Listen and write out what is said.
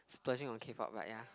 plurging on k-pop but ya